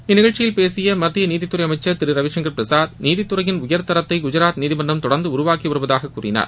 இந்நிகழ்ச்சியில் பேசிய மத்திய நீதித்துறை அமைச்சர் திரு ரவிசங்கர் பிரசாத் நீதித்துறையின் உயர் தரத்தை குஜாத் நீதிமன்றம் தொடர்ந்து உருவாக்கி வருவதாக கூறினார்